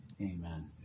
amen